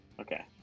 Okay